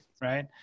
Right